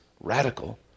radical